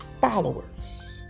followers